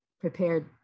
prepared